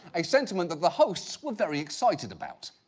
a sentiment that the hosts were very excited about.